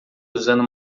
usando